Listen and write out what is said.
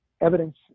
evidence